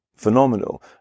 phenomenal